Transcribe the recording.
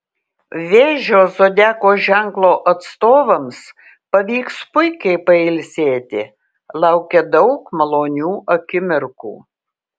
vėžio zodiako ženklo atstovams pavyks puikiai pailsėti laukia daug malonių akimirkų